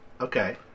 Okay